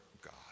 God